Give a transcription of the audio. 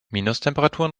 minustemperaturen